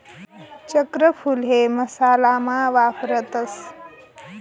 चक्रफूल हे मसाला मा वापरतस